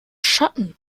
schatten